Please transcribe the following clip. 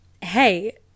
hey